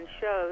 shows